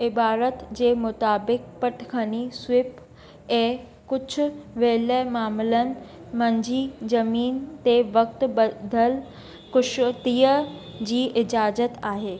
इबारत जे मुताबिक़ पटखनी स्वीप ऐं कुझु विरले मामिलनि मंझिं ज़मीन ते वक़्तु बधल कुश्तीअ जी इजाज़त आहे